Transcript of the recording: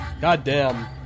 goddamn